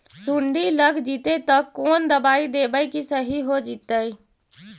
सुंडी लग जितै त कोन दबाइ देबै कि सही हो जितै?